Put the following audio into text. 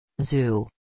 Zoo